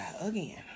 again